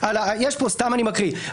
סתם אני מקריא.